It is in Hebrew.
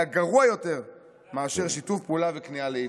גרוע יותר מאשר שיתוף פעולה וכניעה להיטלר.